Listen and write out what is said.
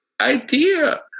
idea